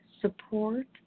support